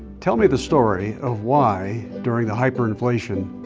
tell me the story of why, during the hyperinflation,